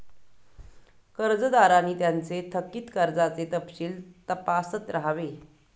कर्जदारांनी त्यांचे थकित कर्जाचे तपशील तपासत राहावे